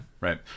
Right